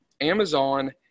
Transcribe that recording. Amazon